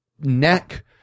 neck